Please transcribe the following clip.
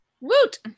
Woot